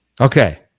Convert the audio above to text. Okay